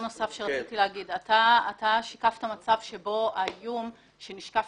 אתה שיקפת מצב שבו האיום שנשקף